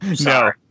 No